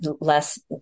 less